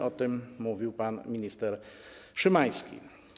O tym mówił pan minister Szymański.